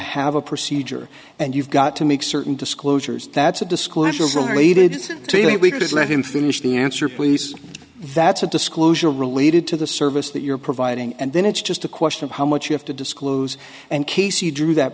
have a procedure and you've got to make certain disclosures that's a disclosure of the related to it we just let him finish the answer please that's a disclosure related to the service that you're providing and then it's just a question of how much you have to disclose and casey drew that